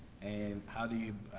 and how do you,